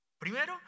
Primero